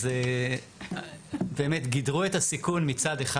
אז באמת, גידרו את הסיכון מצד אחד.